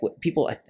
people